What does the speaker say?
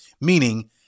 Meaning